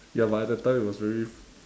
ya but at that time it was very